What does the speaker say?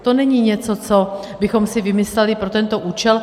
To není něco, co bychom si vymysleli pro tento účel.